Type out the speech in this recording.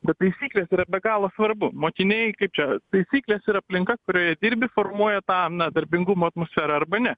bet taisyklės yra be galo svarbu mokiniai kaip čia taisyklės ir aplinka kurioje dirbi formuoja tą na darbingumo atmosferą arba ne